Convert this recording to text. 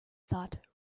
thought